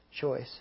choice